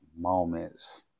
moments